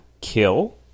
kill